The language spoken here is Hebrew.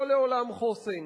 לא לעולם חוסן.